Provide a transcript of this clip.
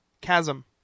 Chasm